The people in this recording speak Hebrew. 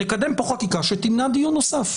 נקדם פה חקיקה שתמנע דיון נוסף.